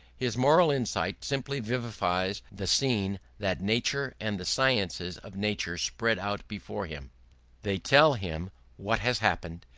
his moral insight simply vivifies the scene that nature and the sciences of nature spread out before him they tell him what has happened,